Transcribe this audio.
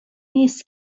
نیست